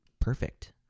perfect